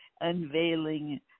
unveiling